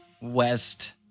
west